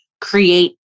create